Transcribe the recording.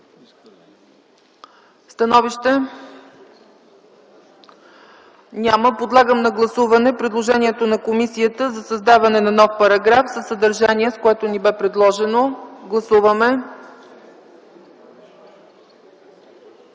Становища? Няма. Подлагам на гласуване предложението на комисията за създаване на нов параграф със съдържание, с което ни бе предложено. Гласували